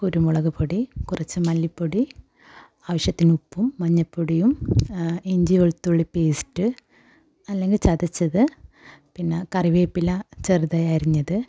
കുരുമുളക് പൊടി കുറച്ച് മല്ലിപ്പൊടി ആവശ്യത്തിന് ഉപ്പും മഞ്ഞ പൊടിയും ഇഞ്ചി വെളുത്തുള്ളി പേസ്റ്റ് അല്ലെങ്കിൽ ചതച്ചത് പിന്നെ കറിവേപ്പില ചെറുതായി അരിഞ്ഞത്